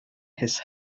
his